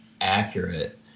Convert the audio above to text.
accurate